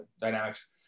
dynamics